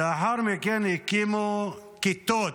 לאחר מכן הקימו כיתות,